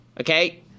Okay